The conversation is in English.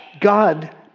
God